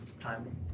time